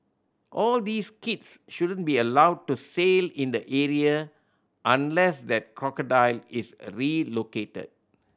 all these kids shouldn't be allowed to sail in the area unless that crocodile is relocated